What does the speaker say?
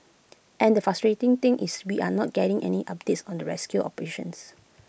and the frustrating thing is we are not getting any updates on the rescue operations